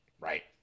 Right